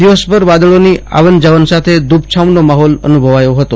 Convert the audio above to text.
દિવસભર વાદળોની આવ જાવ સાથે ધુપ છાંવનો માફોલ અનુભવાયો ફતો